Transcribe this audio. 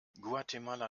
guatemala